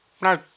no